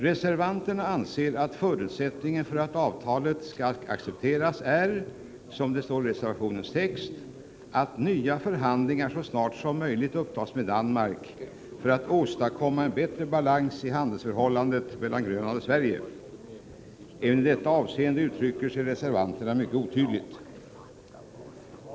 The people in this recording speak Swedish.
Reservanterna anser att förutsättningen för att avtalet skall accepteras är — som det står i reservationens text — att nya förhandlingar så snart som möjligt upptas med Danmark för att ”åstadkomma en bättre balans i handelsförhållandet mellan Grönland och Sverige”. Även i detta avseende uttrycker sig reservanterna mycket otydligt.